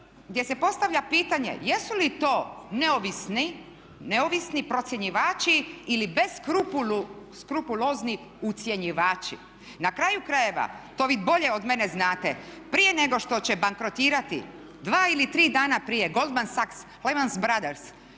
gdje se postavlja pitanje jesu li to neovisni procjenjivači ili beskrupulozni ucjenjivaći. Na kraju krajeva, to vi bolje od mene znate, prije nego što će bankrotirati, 2 ili 3 dana prije Goldman Sachs, Goldmans Brothers,